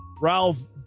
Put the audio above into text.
Ralph